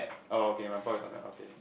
oh okay my ball is on that okay